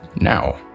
Now